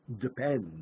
depends